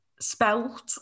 spelt